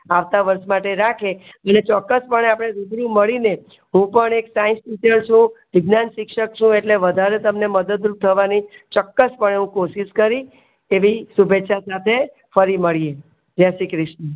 આવતા વર્ષ માટે રાખે એટલે ચોક્કસ પણે આપણે રૂબરૂ મળી ને હું પણ એક સાયન્સ ટીચર છું વિજ્ઞાન શિક્ષક છું એટલે વધારે તમને મદદ રૂપ થવાની ચોક્કસપણે હું કોશિશ કરીશ એવી શુભેચ્છા સાથે ફરી મળીએ જેસી શ્રી ક્રિષ્ન